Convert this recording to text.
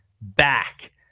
back